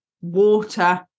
water